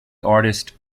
artist